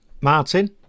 Martin